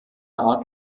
art